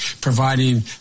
providing